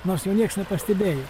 nors jo nieks nepastebėjo